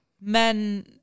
men